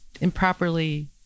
improperly